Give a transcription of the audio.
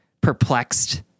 perplexed